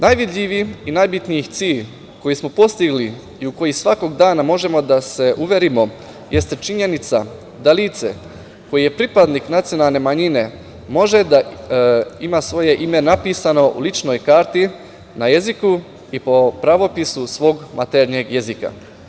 Najvidljiviji i najbitniji cilj koji smo postigli i u koji svakog dana možemo da se uverimo jeste činjenica da lice koje je pripadnik nacionalne manjine može da ima svoje ime napisano u ličnoj karti na jeziku i po pravopisu svog maternjeg jezika.